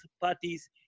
parties